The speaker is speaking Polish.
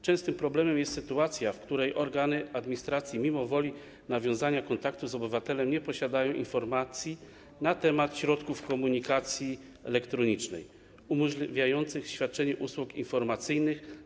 Częstym problemem jest sytuacja, w której organy administracji mimo woli nawiązania kontaktu z obywatelem nie posiadają informacji na temat środków komunikacji elektronicznej umożliwiających świadczenie usług informacyjnych.